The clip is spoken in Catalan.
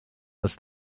els